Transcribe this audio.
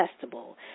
Festival